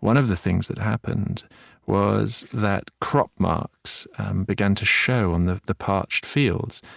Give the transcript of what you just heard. one of the things that happened was that crop marks began to show on the the parched fields.